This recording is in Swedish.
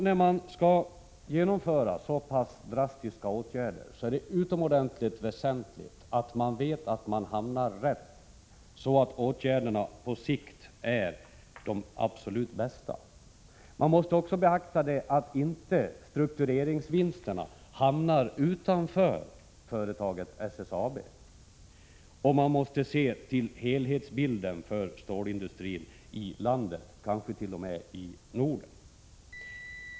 När man skall genomföra så drastiska åtgärder är det utomordentligt väsentligt att man vet att man hamnar rätt, så att åtgärderna på sikt är de absolut bästa. Man måste också beakta att omstruktureringsvinsterna inte hamnar utanför företaget SSAB, och man måste se till helheten för stålindustrin i landet, kanske t.o.m. i Norden.